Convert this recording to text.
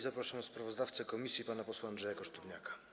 Zapraszam sprawozdawcę komisji pana posła Andrzeja Kosztowniaka.